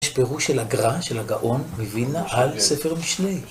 יש פירוש של הגרא, של הגאון מוילנה, על ספר משלי.